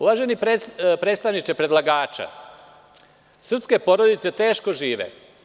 Uvaženi predstavniče predlagača, srpske porodice teško žive.